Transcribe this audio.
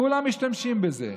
כולם משתמשים בזה.